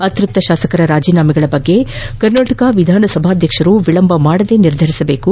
ಅತೃಪ್ತ ಶಾಸಕರ ರಾಜೀನಾಮೆಗಳ ಬಗ್ಗೆ ಕರ್ನಾಟಕ ವಿಧಾನಸಭಾಧ್ವಕ್ಷರು ವಿಳಂಬ ಮಾಡದೆ ನಿರ್ಧರಿಸಬೇಕು